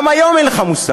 גם היום אין לך מושג.